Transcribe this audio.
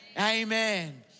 Amen